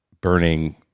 Burning